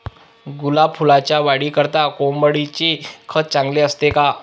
गुलाब फुलाच्या वाढीकरिता कोंबडीचे खत चांगले असते का?